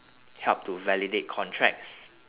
help to validate contracts